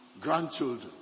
grandchildren